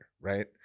right